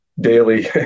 daily